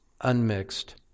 unmixed